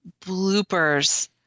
bloopers